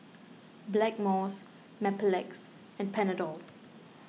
Blackmores Mepilex and Panadol